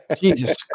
Jesus